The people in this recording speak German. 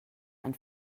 ein